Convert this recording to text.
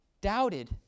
doubted